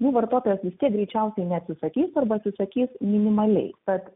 jų vartotojas vis tiek greičiausiai neatsisakys arba atsisakys minimaliai tad